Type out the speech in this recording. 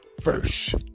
first